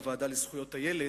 בוועדה לזכויות הילד: